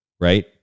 Right